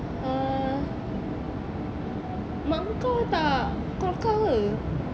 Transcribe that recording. uh mak kau tak call kau ke